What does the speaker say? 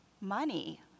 money